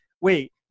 wait